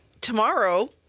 Tomorrow